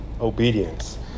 obedience